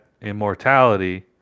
immortality